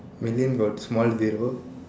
million got small zero